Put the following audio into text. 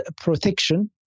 protection